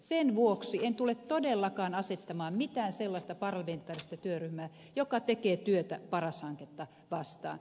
sen vuoksi en tule todellakaan asettamaan mitään sellaista parlamentaarista työryhmää joka tekee työtä paras hanketta vastaan